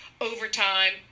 overtime